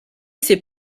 ses